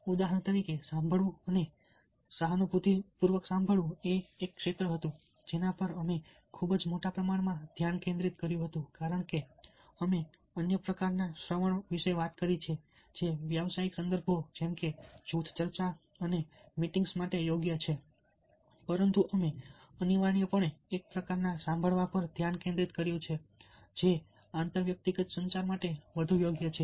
ઉદાહરણ તરીકે સાંભળવું અને સહાનુભૂતિપૂર્વક સાંભળવું એ એક ક્ષેત્ર હતું જેના પર અમે ખૂબ જ મોટા પ્રમાણમાં ધ્યાન કેન્દ્રિત કર્યું હતું કારણ કે અમે અન્ય પ્રકારના શ્રવણ વિશે વાત કરી જે વ્યવસાયિક સંદર્ભો જેમ કે જૂથ ચર્ચા અને મીટિંગ્સ માટે યોગ્ય છે પરંતુ અમે અનિવાર્યપણે એક પ્રકારનાં સાંભળવા પર ધ્યાન કેન્દ્રિત કર્યું જે આંતર વ્યક્તિગત સંચાર માટે વધુ યોગ્ય છે